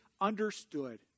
understood